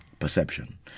perception